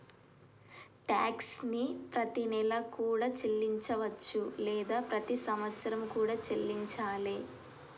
tax ని ప్రతినెలా కూడా చెల్లించవచ్చు లేదా ప్రతి సంవత్సరం కూడా చెల్లించాలే